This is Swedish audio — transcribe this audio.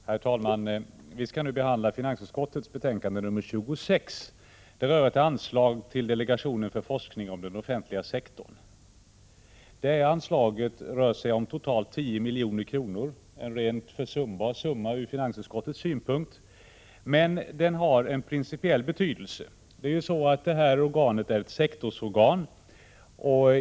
Herr talman! Vi skall nu behandla finansutskottets betänkande nr 26. Det handlar om ett anslag till delegationen för forskning om den offentliga sektorn. Det anslaget rör sig om totalt 10 milj.kr., en rent försumbar summa ur finansutskottets synpunkt. Men den har en principiell betydelse. Detta organ är ett sektorsorgan.